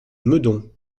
meudon